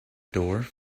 door